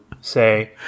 say